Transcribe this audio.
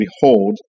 behold